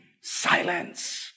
Silence